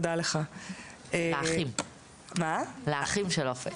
ולאחים של אופק.